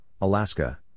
Alaska